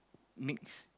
mix